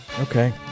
Okay